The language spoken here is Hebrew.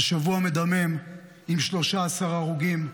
זה שבוע מדמם עם 13 הרוגים,